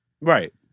right